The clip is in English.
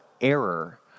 error